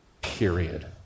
period